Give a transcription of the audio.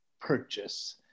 Purchase